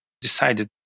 decided